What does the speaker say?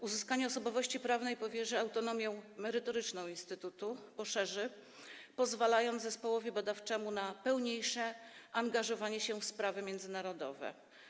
Uzyskanie osobowości prawnej poszerzy autonomię merytoryczną instytutu, pozwalając zespołowi badawczemu na pełniejsze angażowanie się w sprawy międzynarodowe.